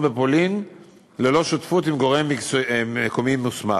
בפולין ללא שותפות עם גורם מקומי מוסמך.